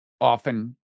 often